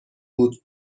بود